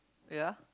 ya